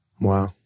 wow